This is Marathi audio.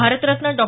भारतरत्न डॉ